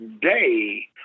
day